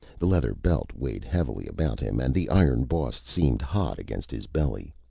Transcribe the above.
the leather belt weighed heavy about him, and the iron boss seemed hot against his belly.